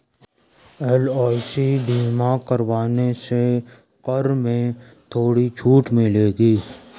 LIC बीमा करवाने से कर में थोड़ी छूट मिलेगी